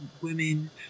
women